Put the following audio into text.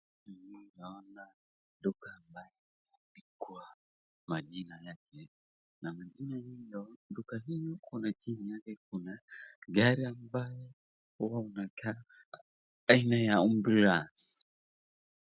Mbele yangu naona duka ambayo imeandikwa majina yake ,duka hiyo kuna chini yake kuna gari ambayo huwa inakaa aina ya ambulance .